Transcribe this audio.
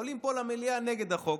עולים פה למליאה נגד החוק.